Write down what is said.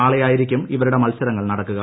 നീർളെയായിരിക്കും ഇവരുടെ മത്സരങ്ങൾ നടക്കുക